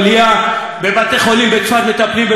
בבתי-חולים בצפת מטפלים בפליטים סורים.